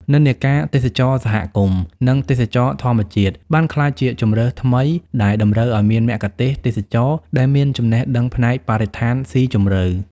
និន្នាការទេសចរណ៍សហគមន៍ និងទេសចរណ៍ធម្មជាតិបានក្លាយជាជម្រើសថ្មី ដែលតម្រូវឱ្យមានមគ្គុទ្ទេសក៍ទេសចរណ៍ដែលមានចំណេះដឹងផ្នែកបរិស្ថានស៊ីជម្រៅ។